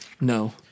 No